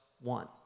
one